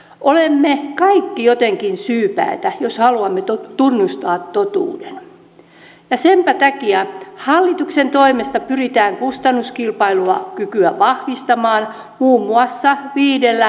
olemme kaikki jotenkin syypäitä jos haluamme tunnustaa totuuden ja senpä takia hallituksen toimesta pyritään kustannuskilpailukykyä vahvistamaan muun muassa viidellä toimenpideohjelmalla